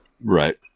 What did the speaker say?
Right